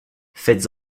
faites